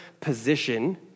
position